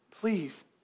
Please